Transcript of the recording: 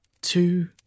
two